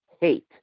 hate